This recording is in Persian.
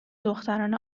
دختران